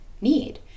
need